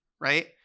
right